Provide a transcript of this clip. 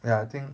ya I think